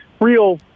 real